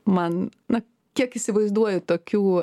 man na kiek įsivaizduoju tokių